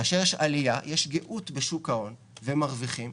כאשר יש עלייה יש גאות בשוק ההון והם מרוויחים,